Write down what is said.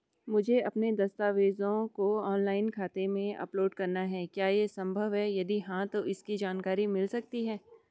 मुझे अपने दस्तावेज़ों को ऑनलाइन खाते में अपलोड करना है क्या ये संभव है यदि हाँ तो इसकी जानकारी मिल सकती है?